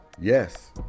yes